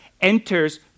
enters